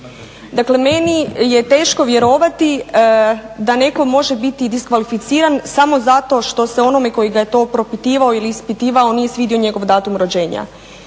Dakle, meni je teško vjerovati da netko može biti diskvalificiran samo zato što se onome koji ga je to propitivao ili ispitivao nije svidio njegov datum rođenja.